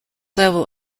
level